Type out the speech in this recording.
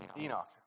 Enoch